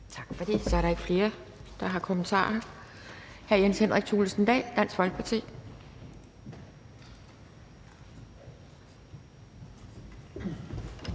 Tak for det. Så er der ikke flere, der har kommentarer. Hr. Jens Henrik Thulesen Dahl, Dansk Folkeparti.